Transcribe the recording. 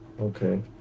okay